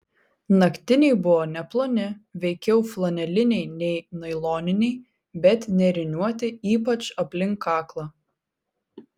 naktiniai buvo neploni veikiau flaneliniai nei nailoniniai bet nėriniuoti ypač aplink kaklą